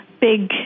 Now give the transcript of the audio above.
big